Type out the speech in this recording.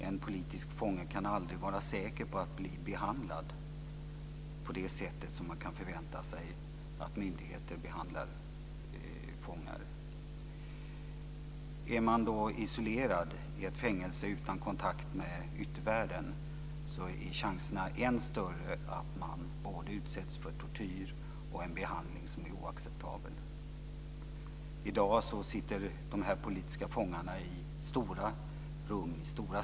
En politisk fånge kan aldrig vara säker på att bli behandlad på det sätt som man kan förvänta sig att myndigheter behandlar fångar. Är man isolerad i ett fängelse utan kontakt med yttervärlden är chanserna än större att man både utsätts för tortyr och en behandling som är oacceptabel. I dag sitter de politiska fångarna i stora celler.